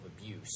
abuse